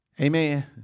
Amen